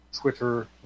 Twitter